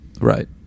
Right